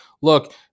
look